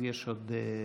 אז יש עוד דברים.